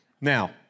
Now